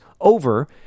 over